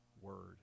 word